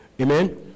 Amen